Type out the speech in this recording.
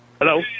Hello